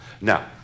Now